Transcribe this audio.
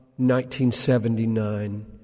1979